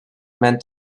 meant